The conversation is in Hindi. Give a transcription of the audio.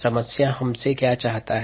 समस्या हमसे क्या चाहता है